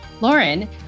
Lauren